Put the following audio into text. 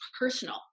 personal